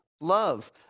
love